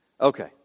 Okay